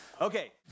Okay